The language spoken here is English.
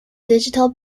digital